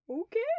Okay